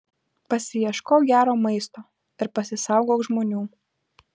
pasiieškok gero maisto ir pasisaugok žmonių